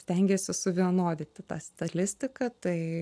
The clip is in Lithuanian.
stengėsi suvienodinti tą statistiką tai